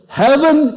heaven